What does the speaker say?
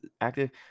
active